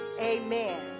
Amen